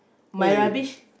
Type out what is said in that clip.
my rubbish